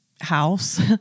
house